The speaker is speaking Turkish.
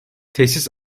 tesis